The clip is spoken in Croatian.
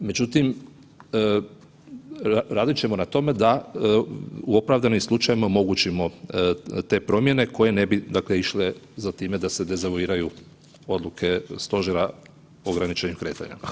Međutim, radit ćemo na tome da u opravdanim slučajevima omogućimo te promjene koje ne bi išle za time da se dezavuiraju odluke Stožera o ograničenju kretanja.